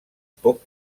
poc